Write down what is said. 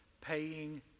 paying